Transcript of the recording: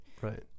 Right